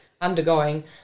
undergoing